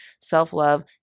self-love